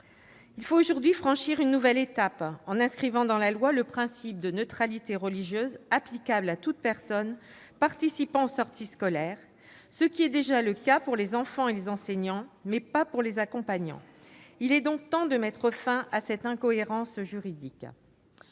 Il faut aujourd'hui franchir une nouvelle étape en inscrivant dans la loi le principe de neutralité religieuse applicable à toute personne participant aux sorties scolaires, ce qui est déjà le cas pour les enfants et les enseignants, mais pas pour les accompagnants. Il est donc temps de mettre fin à cette incohérence juridique